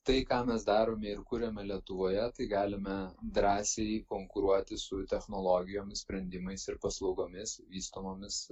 tai ką mes darome ir kuriame lietuvoje tai galime drąsiai konkuruoti su technologijomis sprendimais ir paslaugomis vystomomis